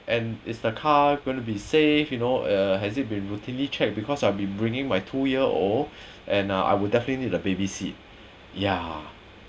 and is the car gonna be safe you know uh has it been routinely check because I'll be bringing my two year old and uh I would definitely need the baby seat ya